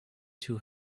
two